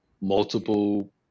multiple